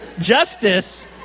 justice